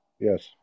Yes